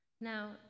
Now